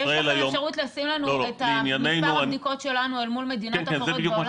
יש לך אפשרות לשים לנו את מספר הבדיקות שלנו אל מול מדינות אחרות בעולם?